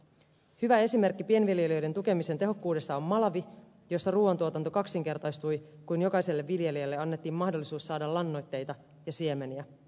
hyvä esimerkki pienviljelijöiden tukemisen tehokkuudesta on malawi jossa ruuantuotanto kaksinkertaistui kun jokaiselle viljelijälle annettiin mahdollisuus saada lannoitteita ja siemeniä